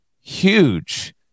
Huge